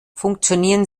funktionieren